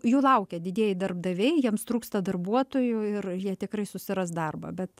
jų laukia didieji darbdaviai jiems trūksta darbuotojų ir jie tikrai susiras darbą bet